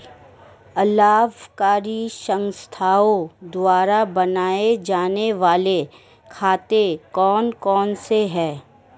अलाभकारी संस्थाओं द्वारा बनाए जाने वाले खाते कौन कौनसे हैं?